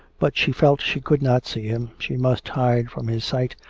but she felt she could not see him, she must hide from his sight,